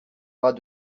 pas